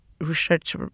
research